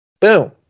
boom